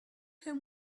him